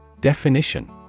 Definition